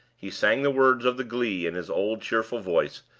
he sang the words of the glee in his old, cheerful voice,